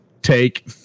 Take